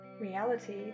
reality